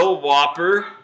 Whopper